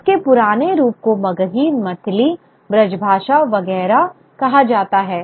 इसके पुराने रूप को मगही मैथिली ब्रजभाषा वगैरह कहा जाता है